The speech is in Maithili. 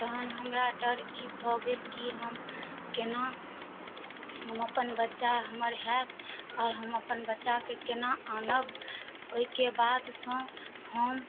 तहन हमरा डर ई भऽ गेल कि हम केना हम अपन बच्चा हमर होयत आओर हम अपन बच्चाके केना आनब ओहिके बादसँ हम